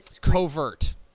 covert